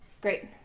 Great